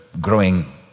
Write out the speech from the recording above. growing